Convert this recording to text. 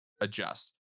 adjust